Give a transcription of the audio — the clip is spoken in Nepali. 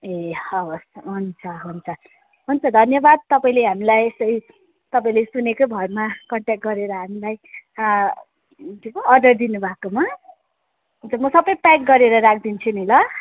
ए हवस् हुन्छ हुन्छ हुन्छ धन्यवाद तपाईँले हामीलाई यसरी तपाईँले सुनेकै भरमा कन्ट्याक्ट गरेर हामीलाई अँ के पो अर्डर दिनुभएकोमा अन्त म सबै प्याक गरेर राखिदिन्छु नि ल